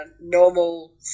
normal